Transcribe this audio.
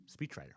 speechwriter